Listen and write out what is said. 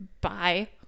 Bye